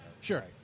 Sure